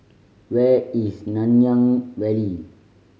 where is Nanyang Valley